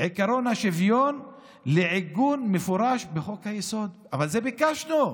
עקרון השוויון לעיגון מפורש בחוק-היסוד" אבל זה מה שביקשנו.